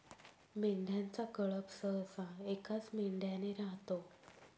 मेंढ्यांचा कळप सहसा एकाच मेंढ्याने राहतो